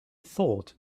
thought